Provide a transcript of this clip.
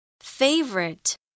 favorite